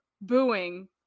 booing